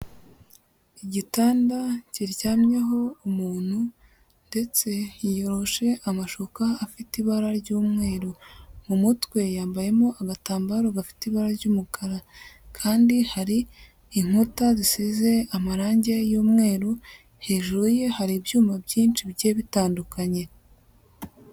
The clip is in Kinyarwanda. Igitanda kiryamyeho umuntu ndetse yiyoroshe amashuka afite ibara ry'umweru, mu mutwe yambayemo agatambaro gafite ibara ry'umukara kandi hari inkuta zisize amarangi y'umweru, hejuru ye hari ibyuma byinshi bigiye bitandukanye.